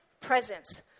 presence